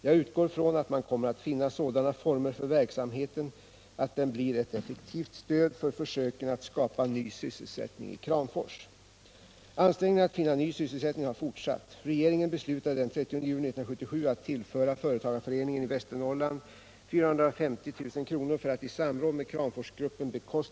Jag utgår från att man kommer att finna sådana former för verksamheten att den blir ett effektivt stöd för försöken att skapa ny sysselsättning i Kramfors.